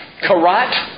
karat